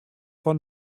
fan